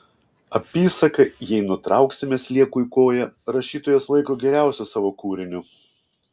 apysaką jei nutrauksime sliekui koją rašytojas laiko geriausiu savo kūriniu